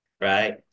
right